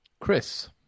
chris